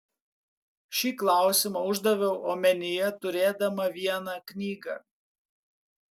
šį klausimą uždaviau omenyje turėdama vieną knygą